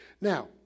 Now